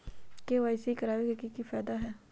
KYC करवाबे के कि फायदा है?